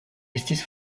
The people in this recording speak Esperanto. estis